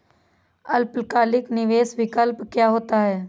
अल्पकालिक निवेश विकल्प क्या होता है?